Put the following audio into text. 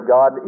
God